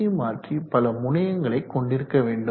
C மாற்றி பல முனையங்களை கொண்டிருக்க வேண்டும்